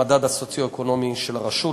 המדד הסוציו-אקונומי של הרשות,